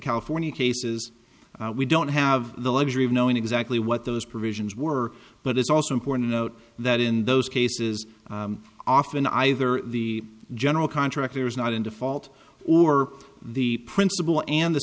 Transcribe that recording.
california cases we don't have the luxury of knowing exactly what those provisions were but it's also important to note that in those cases often either the general contractor is not in default or the principal and the